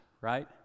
right